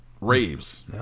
raves